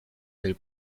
del